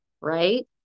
right